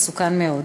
הוא מסוכן מאוד.